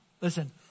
Listen